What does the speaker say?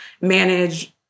manage